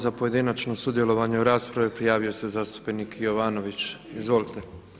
Za pojedinačno sudjelovanje u raspravi prijavio se zastupnik Jovanović, izvolite.